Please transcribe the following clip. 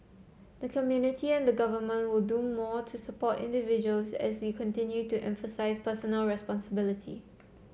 the community and government will do more to support individuals as we continue to emphasise personal responsibility